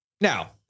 now